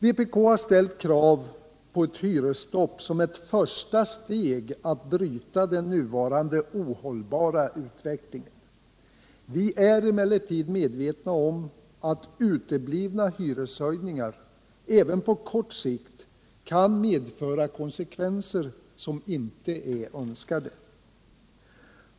Vpk har ställt krav på ett hyresstopp som ett första steg att bryta den nuvarande ohållbara utvecklingen. Vi är emellertid medvetna om att uteblivna hyreshöjningar även på kort sikt kan medföra konsekvenser som inte är önskade.